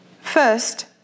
First